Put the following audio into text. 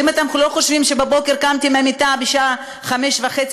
אתם לא חושבים שבבוקר קמתי מהמיטה בשעה 05:30,